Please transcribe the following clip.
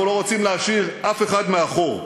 אנחנו לא רוצים להשאיר אף אחד מאחור.